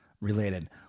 related